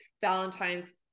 Valentine's